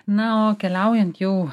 na o keliaujant jau